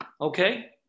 Okay